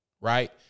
right